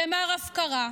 זה מר הפקרה,